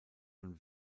und